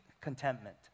contentment